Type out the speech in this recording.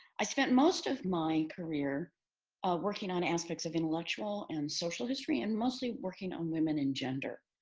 i spent most of my career working on aspects of intellectual and social history and mostly working on women and gender.